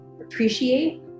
appreciate